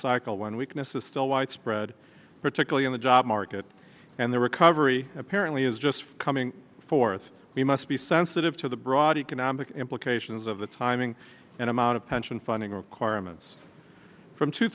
cycle when weakness is still widespread particularly in the job market and the recovery apparently is just coming forth we must be sense of to the broad economic implications of the timing and amount of pension funding requirements from two